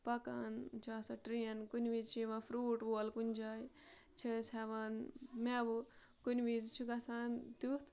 پَکان چھِ آسان ٹرٛین کُنہِ وِز چھِ یِوان فرٛوٗٹ وول کُنہِ جاے چھِ أسۍ ہٮ۪وان مٮ۪وٕ کُنہِ وِز چھُ گژھان تیُتھ